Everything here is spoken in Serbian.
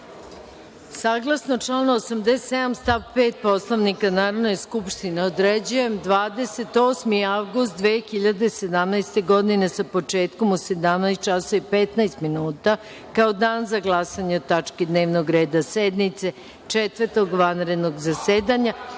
imam.)Saglasno članu 87. stav 5. Poslovnika Narodne skupštine, određujem 28. avgust 2017. godine sa početkom u 17.15 časova kao Dan za glasanje o tački dnevnog reda sednice Četvrtog vanrednog zasedanja